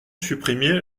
supprimé